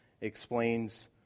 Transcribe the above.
explains